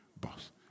boss